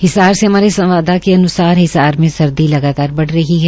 हिसार से हमारे संवाददाता अनुसार हिसार में सर्दी लगातार बढ़ रही है